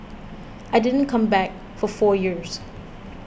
I didn't come back for four years